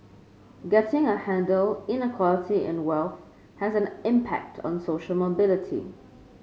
getting a handle Inequality in wealth has an impact on social mobility